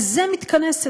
על זה מתכנסת,